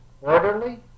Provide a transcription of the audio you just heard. orderly